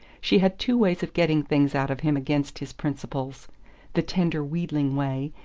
she had two ways of getting things out of him against his principles the tender wheedling way,